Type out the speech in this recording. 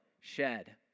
shed